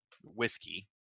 whiskey